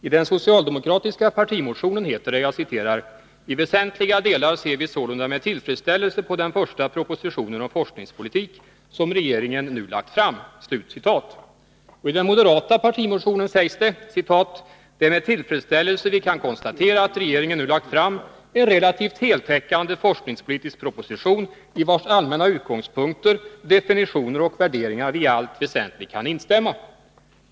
I den socialdemokratiska partimotionen heter det: ”I väsentliga delar ser vi sålunda med tillfredsställelse på den första propositionen om forskningspolitik som regeringen nu lagt fram.” I den moderata partimotionen heter det: ”Det är med tillfredsställelse vi kan konstatera att regeringen nu lagt fram en relativt heltäckande forskningspolitisk proposition, i vars allmänna utgångspunkter, definitioner och värderingar vi i allt väsentligt kan instämma.